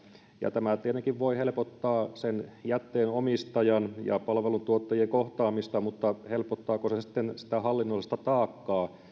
tämä tietenkin voi helpottaa sen jätteen omistajan ja palveluntuottajien kohtaamista mutta helpottaako se sitten sitä hallinnollista taakkaa